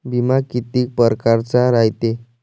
बिमा कितीक परकारचा रायते?